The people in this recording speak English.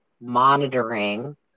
monitoring